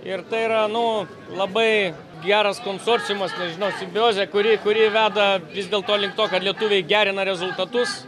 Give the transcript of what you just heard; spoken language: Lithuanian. ir tai yra nu labai geras konsorciumas nežinau simbiozė kuri kuri veda vis dėlto link to kad lietuviai gerina rezultatus